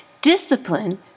discipline